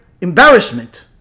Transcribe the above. embarrassment